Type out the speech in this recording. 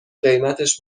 قیمتش